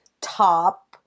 top